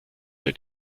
der